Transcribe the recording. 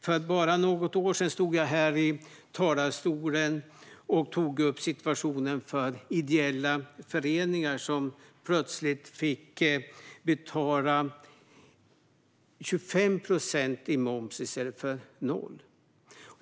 För bara något år sedan stod jag här i talarstolen och tog upp situationen för ideella föreningar, som plötsligt fick betala 25 procent i moms i stället för 0.